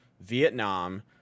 vietnam